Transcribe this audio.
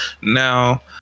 now